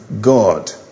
God